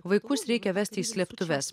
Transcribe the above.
vaikus reikia vesti į slėptuves